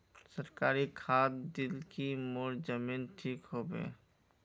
सरकारी खाद दिल की मोर जमीन ठीक होबे?